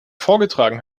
vorgetragen